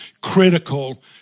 critical